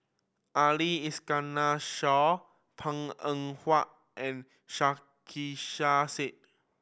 Ali Iskandar Shah Png Eng Huat and Said